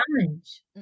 challenge